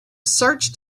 searched